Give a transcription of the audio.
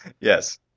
Yes